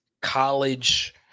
college